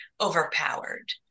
overpowered